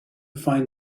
find